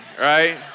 right